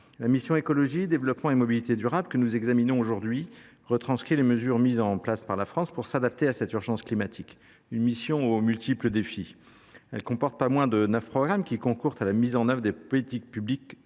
La mission « Écologie, développement et mobilité durables » que nous examinons aujourd’hui retranscrit les mesures mises en place par la France pour s’adapter à cette urgence climatique ; il s’agit donc d’une mission aux multiples défis. Elle comporte pas moins de neuf programmes concourant à la mise en œuvre de politiques publiques nombreuses